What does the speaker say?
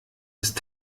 ist